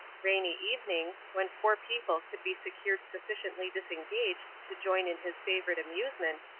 rainy evenings, when four people could be secured sufficiently disengaged to join in his favorite amusement,